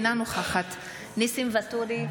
אינה נוכחת ניסים ואטורי,